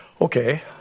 Okay